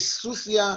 בסוסיא,